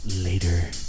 Later